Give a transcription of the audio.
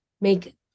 make